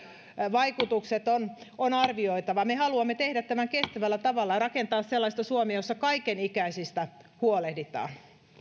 vaikutukset on on arvioitava me haluamme tehdä tämän kestävällä tavalla rakentaa sellaista suomea jossa kaikenikäisistä huolehditaan